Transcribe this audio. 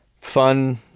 fun